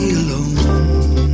alone